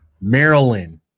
maryland